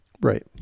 Right